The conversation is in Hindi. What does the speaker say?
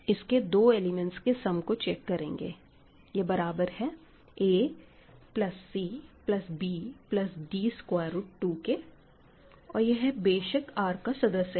इसके दो एलिमेंट्स के सम को चेक करेंगे यह बराबर है a plus c plus b plus d square root 2 के और यह बेशक R का सदस्य है